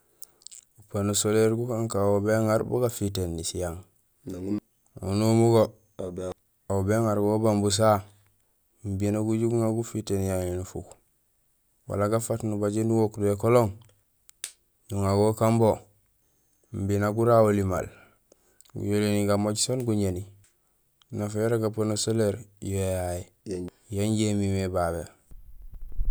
U panneau solaire gukakaan wo béŋaar bugafitéén siyang, nang unomu go, aw ŋarwo ubang busaha imbi nak uju guŋa gufitéén yaŋi nufuk. Wala gafaat nubajé nuwook do ékolong, nuŋago ukambo imbi nak gurahuli maal, guyoléni gamooj sén guñéni. Nafa yara ga panneau solaire yo yayé yan injé imimé babé.